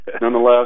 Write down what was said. nonetheless